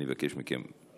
אני מבקש מכם,